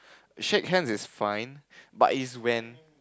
shake hands is fine but is when